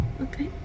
Okay